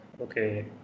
okay